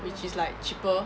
which is like cheaper